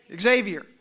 Xavier